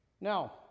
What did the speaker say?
Now